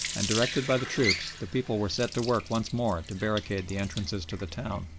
and, directed by the troops, the people were set to work once more to barricade the entrances to the town.